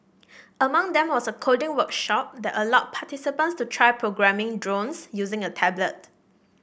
among them was a coding workshop that allowed participants to try programming drones using a tablet